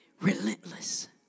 relentless